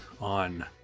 On